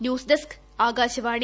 news desk Akashvani